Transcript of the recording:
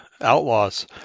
outlaws